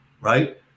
right